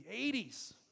80s